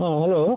হ্যাঁ হ্যালো